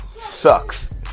sucks